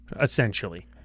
essentially